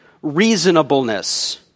reasonableness